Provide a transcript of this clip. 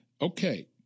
Okay